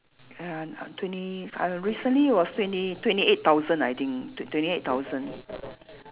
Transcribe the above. uh twenty uh recently was twenty twenty eight thousand I think t~ twenty eight thousand